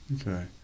Okay